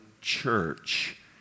church